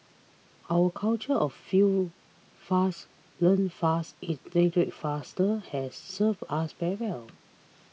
our culture of fail fast learn fast iterate faster has served us very well